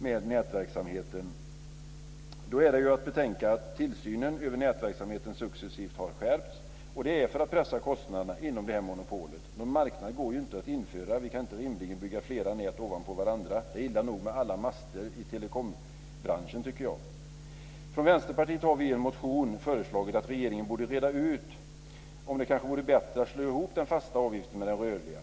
Det är då att betänka att tillsynen över nätverksamheten successivt har skärpts för att pressa kostnaderna inom det här monopolet. Det går inte att införa någon marknad. Vi kan inte rimligen ha flera nät ovanpå varandra. Jag tycker att det är illa nog med alla de master som förekommer inom telekombranschen. Vi har från Vänsterpartiet i en motion föreslagit att regeringen borde reda ut om det kanske vore bättre att slå ihop den fasta avgiften med den rörliga.